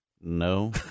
No